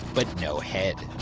but no head.